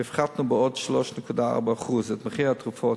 הפחתנו בעוד 3.4% את מחיר התרופות.